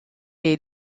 est